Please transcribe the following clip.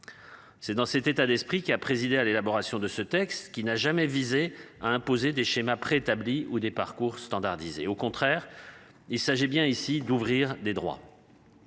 C'est dans cet état d'esprit qui a présidé à l'élaboration de ce texte qui n'a jamais visé à imposer des schémas préétablis ou des parcours standardisés, au contraire, il s'agit bien ici d'ouvrir des droits.